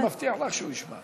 אני מבטיח לך שהוא ישמע.